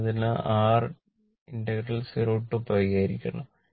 എന്നാൽ ഇതിനു r0 ആയിരിക്കണം